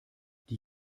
die